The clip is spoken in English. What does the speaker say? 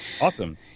Awesome